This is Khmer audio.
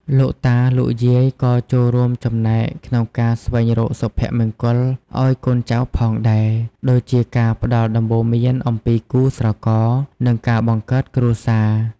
លោកតា លោកយាយក៏ចូលរួមចំណែកក្នុងការស្វែងរកសុភមង្គលឱ្យកូនចៅផងដែរ ដូចជាការផ្ដល់ដំបូន្មានអំពីគូស្រករ និងការបង្កើតគ្រួសារ។